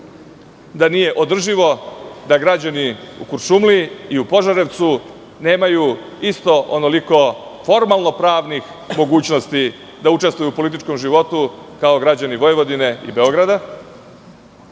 da nije održivo da građani u Kuršumliji i u Požarevcu nemaju isto onoliko formalno pravnih mogućnosti da učestvuju u političkom životu kao građani Vojvodine i Beograda,